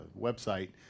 website